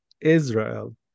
Israel